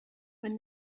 when